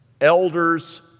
elders